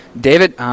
David